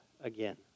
again